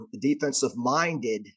defensive-minded